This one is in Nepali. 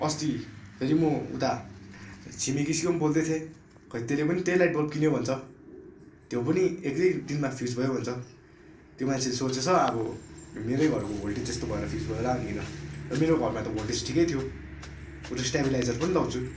अस्ति फेरि म उता छिमेकीसँग पनि बोल्दै थिएँ खै त्यसले पनि त्यही लाइट बल्ब किन्यो भन्छ त्यो पनि एक दुई दिनमा फ्युज भयो भन्छ त्यो मान्छेले सोचेछ अब मैरै घरको भोल्टेज त्यस्तो भएर फ्युज भयो होला भनीकिन मेरो घरमा त भोल्टेज ठिकै थियो म स्ट्याबलाइजर पनि लगाउँछु